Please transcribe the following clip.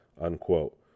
unquote